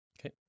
Okay